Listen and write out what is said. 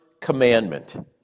commandment